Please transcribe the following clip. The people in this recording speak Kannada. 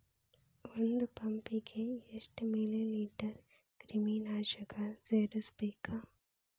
ಒಂದ್ ಪಂಪ್ ಗೆ ಎಷ್ಟ್ ಮಿಲಿ ಲೇಟರ್ ಕ್ರಿಮಿ ನಾಶಕ ಸೇರಸ್ಬೇಕ್?